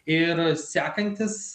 ir sekantis